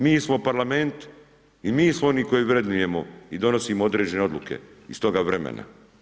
Mi smo parlament i mi smo oni koji vrednujemo i donosimo određene odluke iz toga vremena.